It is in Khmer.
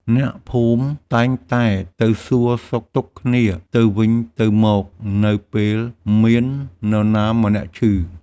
អ្នកភូមិតែងតែទៅសួរសុខទុក្ខគ្នាទៅវិញទៅមកនៅពេលមាននរណាម្នាក់ឈឺ។